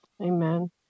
Amen